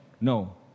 no